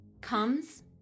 Comes